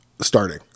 starting